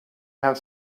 have